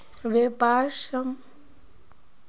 वैपार्र माध्यम से टैक्स आर ट्रैफिकक सम्भलाल जा छे